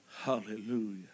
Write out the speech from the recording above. Hallelujah